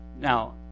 Now